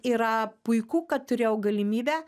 yra puiku kad turėjau galimybę